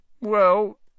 Well